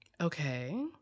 Okay